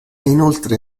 inoltre